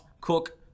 cook